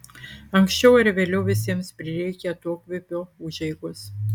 anksčiau ar vėliau visiems prireikia atokvėpio užeigos